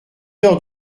heures